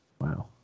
Wow